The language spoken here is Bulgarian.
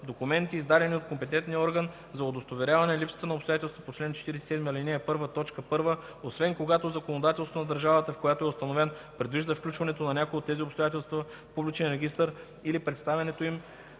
документи, издадени от компетентен орган, за удостоверяване липсата на обстоятелствата по чл. 47, ал. 1, т. 1, освен когато законодателството на държавата, в която е установен, предвижда включването на някое от тези обстоятелства в публичен регистър или предоставянето им